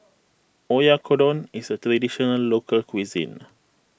Oyakodon is a Traditional Local Cuisine